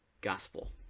gospel